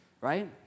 right